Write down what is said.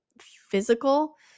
physical